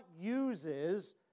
uses